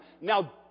Now